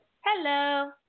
Hello